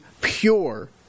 pure